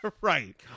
Right